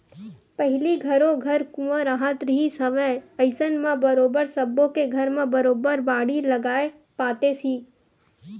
पहिली घरो घर कुँआ राहत रिहिस हवय अइसन म बरोबर सब्बो के घर म बरोबर बाड़ी लगाए पातेस ही